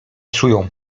czują